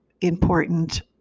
important